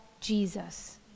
Jesus